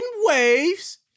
waves